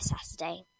Saturday